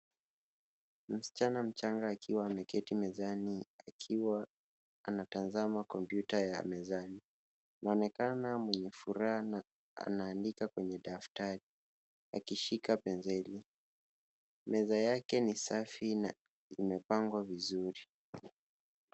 Msichana mchanga akiwa ameketi mezani akiwa anatazama kompyuta ya mezani. Anaonekana mwenye furaha na anaandikwa kwenye daftari akishika penseli. Meza yake ni safi na imepangwa vizuri.